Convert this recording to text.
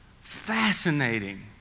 fascinating